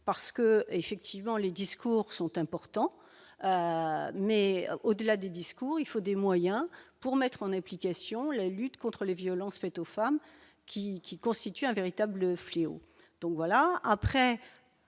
parce que effectivement les discours sont importants mais, au-delà des discours, il faut des moyens pour mettre en application la lutte contre les violences faites aux femmes qui, qui constituent un véritable fléau, donc voilà, après